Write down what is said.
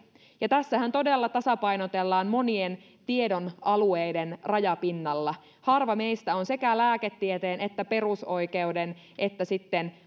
ja tässähän todella tasapainotellaan monien tiedonalueiden rajapinnalla harva meistä on sekä lääketieteen että perusoikeuden että